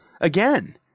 again